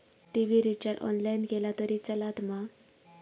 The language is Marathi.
टी.वि रिचार्ज ऑनलाइन केला तरी चलात मा?